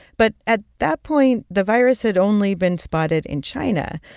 but at that point, the virus had only been spotted in china,